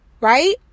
Right